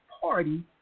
Party